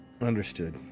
understood